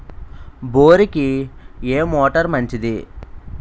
బోరుకి ఏ మోటారు మంచిది?